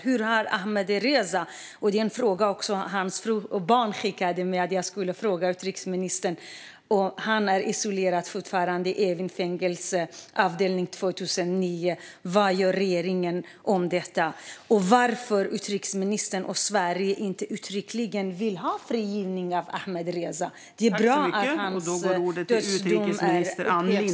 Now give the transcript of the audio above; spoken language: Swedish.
Hur har Ahmadreza det? Det är en fråga som hans fru och barn ville att jag skulle ställa till utrikesministern. Han sitter fortfarande isolerad i Evinfängelsets avdelning 209. Vad gör regeringen när det gäller detta? Varför vill utrikesministern och Sverige inte uttryckligen ha en frigivning av Ahmadreza? Det är bra att hans dödsdom upphävs.